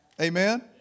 Amen